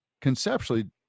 Conceptually